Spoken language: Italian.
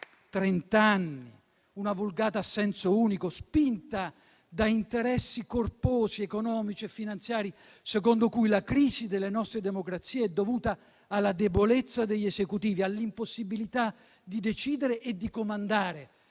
trent'anni, una vulgata a senso unico, spinta da interessi corposi, economici e finanziari, secondo cui la crisi delle nostre democrazie è dovuta alla debolezza degli Esecutivi, all'impossibilità di decidere e di "comandare",